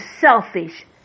selfish